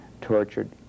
tortured